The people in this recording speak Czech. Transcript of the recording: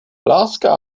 láska